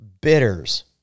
bitters